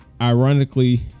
ironically